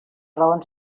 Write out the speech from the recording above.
raons